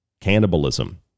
cannibalism